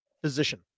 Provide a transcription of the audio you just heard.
physician